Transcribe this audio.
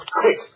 quick